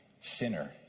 sinner